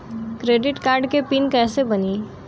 Credit card के PIN कैसे बनी?